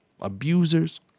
abusers